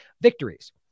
victories